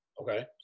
okay